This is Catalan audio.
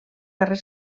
carrer